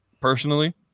personally